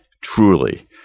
truly